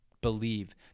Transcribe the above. believe